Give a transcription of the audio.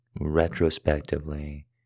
retrospectively